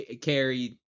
carry